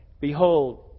Behold